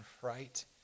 fright